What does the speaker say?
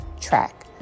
track